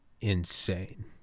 insane